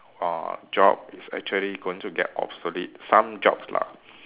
uh job is actually going to get obsolete some jobs lah